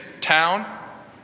town